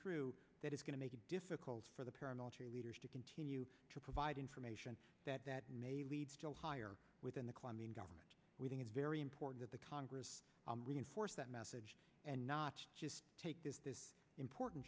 through that it's going to make it difficult for the paramilitary leaders to continue to provide information that that may lead to higher within the colombian government we think it's very important that the congress reinforce that message and not just take this important